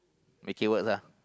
make it work lah